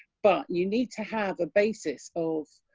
but and you need to have a basis of,